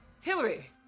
Hillary